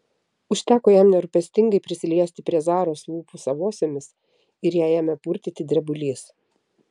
užteko jam nerūpestingai prisiliesti prie zaros lūpų savosiomis ir ją ėmė purtyti drebulys